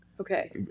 Okay